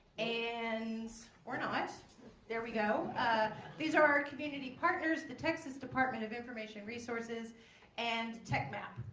and we're not there we go these are our community partners. the texas department of information resources and techmap.